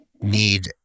need